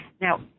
Now